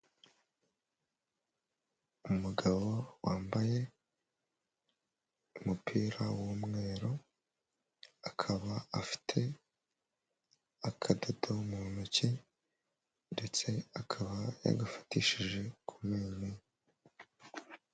Umugabo wambaye umupira w'umweru, akaba afite akadodo mu ntoki ndetse akaba yagafatishije ku menyo.